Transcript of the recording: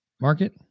market